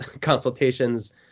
consultations